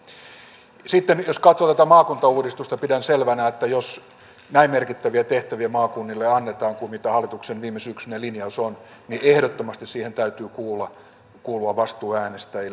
sitten jos katsoo tätä maakuntauudistusta pidän selvänä että jos annetaan näin merkittäviä tehtäviä maakunnille kuin mitä hallituksen viimesyksyinen linjaus on niin ehdottomasti siihen täytyy kuulua vastuu äänestäjille